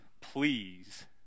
please